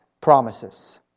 promises